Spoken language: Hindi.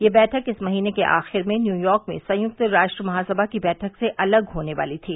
यह बैठक इस महीने के आखिर में न्यूयॉर्क में संयुक्त राष्ट्र महासमा की बैठक से अलग होने वाली थी